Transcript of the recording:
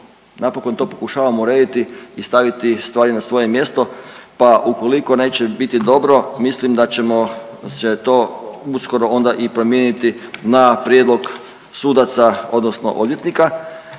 Napokon to pokušavamo urediti i staviti stvari na svoje mjesto, pa ukoliko neće biti dobro mislim da ćemo to uskoro onda i promijeniti na prijedlog sudaca, odnosno odvjetnika.